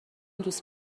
دوست